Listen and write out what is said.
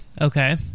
Okay